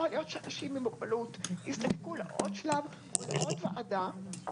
יכול להיות שאנשים עם מוגבלות יזדקקו לעוד שלב ולעוד ועדה,